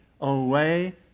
away